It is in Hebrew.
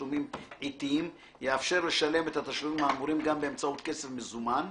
לתשלומים עיתיים יאפשר לשלם את התשלומים האמורים גם באמצעות כסף מזומן,